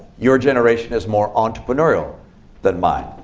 your generation is more entrepreneurial than mine.